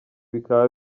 bikaba